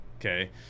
okay